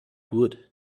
wood